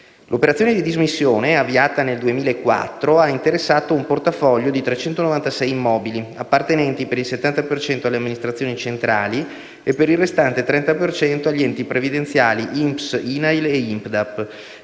L'operazione di dismissione, avviata nel 2004, ha interessato un portafoglio di 396 immobili, appartenenti per il 70 per cento alle amministrazioni centrali e per il restante 30 per cento agli enti previdenziali INPS, INAIL e INPDAP